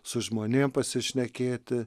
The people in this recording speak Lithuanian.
su žmonėm pasišnekėti